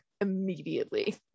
immediately